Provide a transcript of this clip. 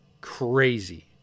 crazy